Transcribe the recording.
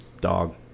dog